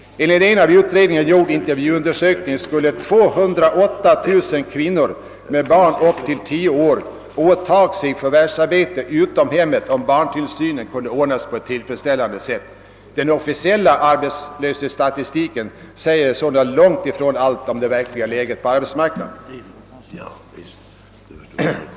Enligt en av utredningen gjord intervjuundersökning skulle 208000 kvinnor med barn upp till 10 år gamla åtaga sig förvärvsarbete utom hemmet, om barntillsynen kunde ordnas på ett tillfredsställande sätt. Den officiella arbetslöshetsstatitiken säger sålunda långt ifrån allt om det verkliga läget på arhetsmarknaden.